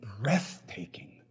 breathtaking